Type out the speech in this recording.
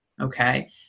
Okay